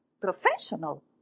professional